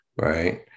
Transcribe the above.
right